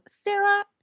Sarah